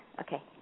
Okay